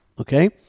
okay